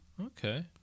Okay